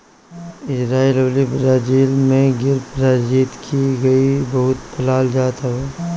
Israel अउरी Brazil में गिर प्रजति के गाई के बहुते पालल जात हवे